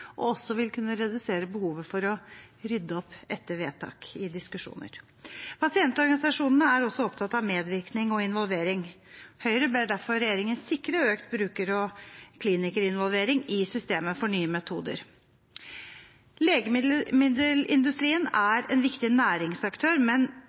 og også vil kunne redusere behovet for å rydde opp etter vedtak i diskusjoner. Pasientorganisasjonene er også opptatt av medvirkning og involvering. Høyre ber derfor regjeringen sikre økt bruker- og klinikerinvolvering i systemet for Nye metoder. Legemiddelindustrien er en viktig næringsaktør, men